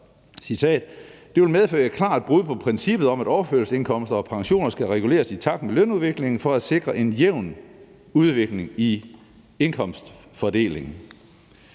»Det vil medføre et klart brud på princippet om, at overførselsindkomster og pensioner skal reguleres i takt med lønudviklingen for at sikre en jævn udvikling i indkomstfordelingen.«